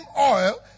oil